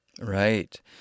right